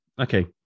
okay